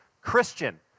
Christian